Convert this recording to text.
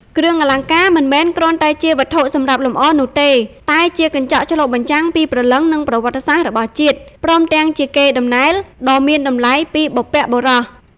គ្រឿងអលង្ការមិនមែនគ្រាន់តែជាវត្ថុសម្រាប់លម្អនោះទេ តែជាកញ្ចក់ឆ្លុះបញ្ចាំងពីព្រលឹង និងប្រវត្តិសាស្ត្ររបស់ជាតិ ព្រមទាំងជាកេរដំណែលដ៏មានតម្លៃពីបុព្វបុរស។